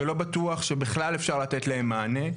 שלא בטוח שבכלל אפשר לתת להם מענה,